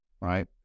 right